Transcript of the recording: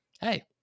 hey